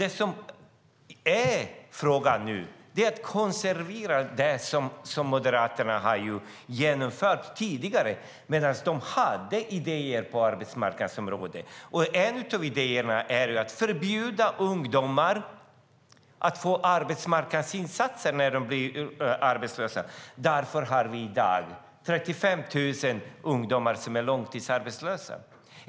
Nu handlar det om att konservera det som Moderaterna genomförde tidigare, då de hade idéer på arbetsmarknadsområdet. En av idéerna är att förbjuda att ungdomar får arbetsmarknadsinsatser när de blir arbetslösa. Därför har vi i dag 35 000 långtidsarbetslösa ungdomar.